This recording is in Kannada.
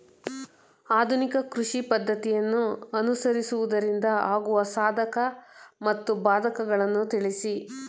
ಆಧುನಿಕ ಕೃಷಿ ಪದ್ದತಿಯನ್ನು ಅನುಸರಿಸುವುದರಿಂದ ಆಗುವ ಸಾಧಕ ಮತ್ತು ಬಾಧಕಗಳನ್ನು ತಿಳಿಸಿ?